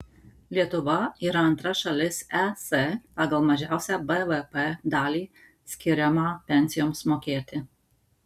lietuva yra antra šalis es pagal mažiausią bvp dalį skiriamą pensijoms mokėti